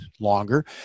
longer